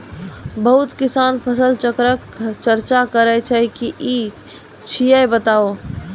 बहुत किसान फसल चक्रक चर्चा करै छै ई की छियै बताऊ?